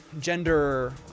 gender